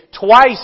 twice